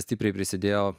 stipriai prisidėjo